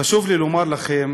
חשוב לי לומר לכם